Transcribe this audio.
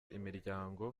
imiryango